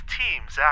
teams